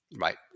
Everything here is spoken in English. right